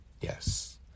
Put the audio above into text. yes